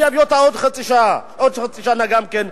אני אביא אותה בעוד חצי שנה גם כן,